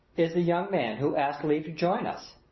is the young man who asked leave to join us!